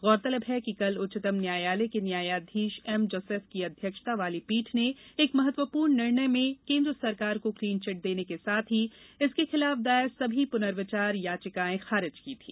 गौरतलब है कि कल उच्चतम न्यायालय के न्यायाधीश एम जोसेफ की अध्यक्षता वाली पीठ ने एक महत्वपूर्ण निर्णय में केन्द्र सरकार को क्लीनचिट देने के साथ ही इसके खिलाफ दायर सभी पुनर्विचार याचिकाएं खारिज की दी थी